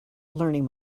learning